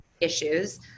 issues